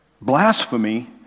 Blasphemy